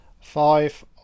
five